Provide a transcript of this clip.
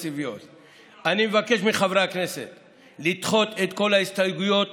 אני מבקש מחברי הכנסת לדחות את כל ההסתייגויות